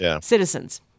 citizens